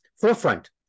forefront